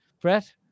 Brett